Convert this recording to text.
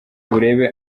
urebe